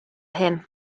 hyn